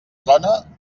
trona